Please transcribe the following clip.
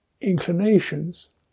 inclinations